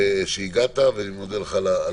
שהגעת ואני מודה לך על